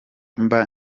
mba